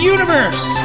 Universe